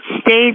stage